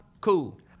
cool